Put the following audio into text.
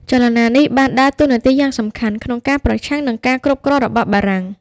ចលនានេះបានដើរតួនាទីយ៉ាងសំខាន់ក្នុងការប្រឆាំងនឹងការគ្រប់គ្រងរបស់បារាំង។